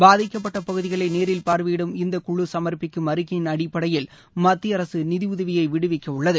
பாதிக்கப்பட்ட பகுதிகளை நேரில் பார்வையிடும் இந்தக் குழு சம்ப்பிக்கும் அறிக்கையில் அடிப்படையில் மத்திய அரசு நிதியுதவியை விடுவிக்க உள்ளது